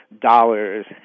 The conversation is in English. dollars